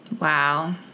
Wow